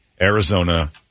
Arizona